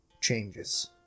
changes